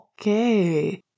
Okay